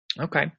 Okay